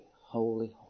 holy